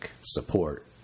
support